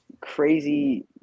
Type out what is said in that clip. crazy